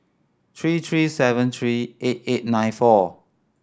three three seven three eight eight nine four